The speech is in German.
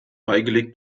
beigelegt